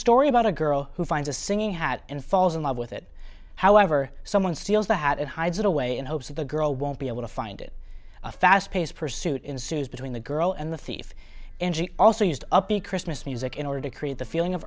story about a girl who finds a singing hat and falls in love with it however someone steals the had and hides it away in hopes of the girl won't be able to find it a fast paced pursuit ensues between the girl and the thief n g also used up the christmas music in order to create the feeling of